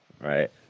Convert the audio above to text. Right